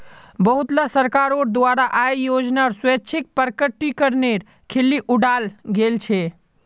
बहुतला सरकारोंर द्वारा आय योजनार स्वैच्छिक प्रकटीकरनेर खिल्ली उडाल गेल छे